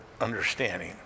understanding